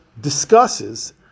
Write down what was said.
discusses